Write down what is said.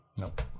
Nope